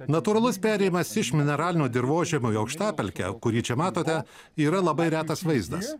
natūralus perėjimas iš mineralinio dirvožemio į aukštapelkę kurį čia matote yra labai retas vaizdas